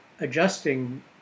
adjusting